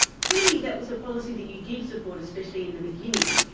clearly that was a policy that you did support, especially in the beginning,